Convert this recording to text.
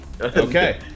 Okay